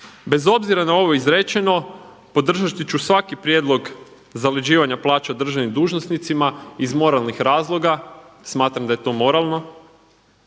Bez obzira na ovo izrečeno, podržat ću svaki prijedlog zaleđivanja plaća državnim dužnosnicima iz moralnih razloga, smatram da je to moralno